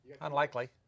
Unlikely